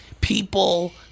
People